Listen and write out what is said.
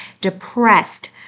depressed